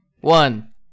one